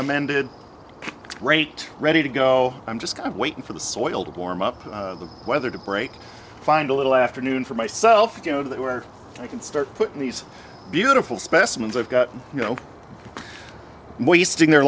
amended great ready to go i'm just kind of waiting for the soiled warm up the weather to break find a little afternoon for myself you know that where i can start putting these beautiful specimens i've got you know wasting their